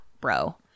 bro